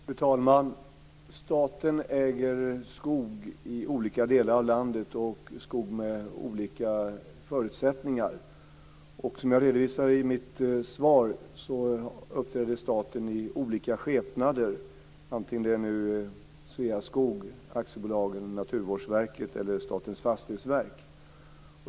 Fru talman! Staten äger skog i olika delar av landet och skog med olika förutsättningar. Som jag redovisade i mitt svar uppträder staten i olika skepnader, antingen det nu är Sveaskog AB, Naturvårdsverket eller Statens fastighetsverk.